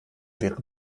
wäre